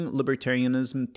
libertarianism